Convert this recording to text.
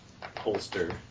holster